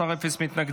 13, אפס מתנגדים.